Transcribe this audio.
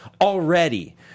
already